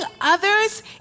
others